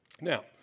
Now